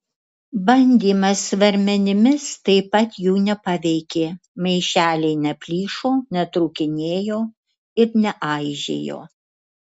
bandymas svarmenimis taip pat jų nepaveikė maišeliai neplyšo netrūkinėjo ir neaižėjo